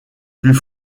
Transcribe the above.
plus